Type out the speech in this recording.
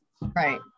right